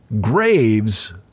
graves